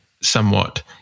somewhat